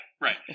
right